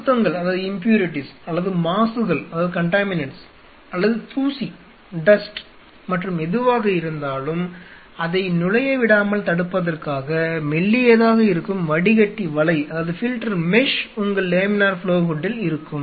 அசுத்தங்கள் அல்லது மாசுகள் அல்லது தூசி மற்றும் எதுவாக இருந்தாலும் அதை நுழையவிடாமல் தடுப்பதற்காக மெல்லியதாக இருக்கும் வடிகட்டி வலை உங்கள் லேமினார் ஃப்ளோ ஹூட்டில் இருக்கும்